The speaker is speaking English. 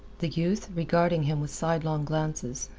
the youth, regarding him with sidelong glances,